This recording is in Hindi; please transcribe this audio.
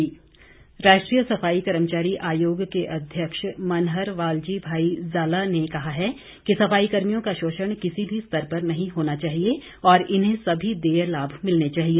मनहर राष्ट्रीय सफाई कर्मचारी आयोग के अध्यक्ष मनहर वालजी भाई जाला ने कहा है कि सफाई कर्मियों का शोषण किसी भी स्तर पर नहीं होना चाहिए और इन्हें सभी देय लाभ मिलने चाहिए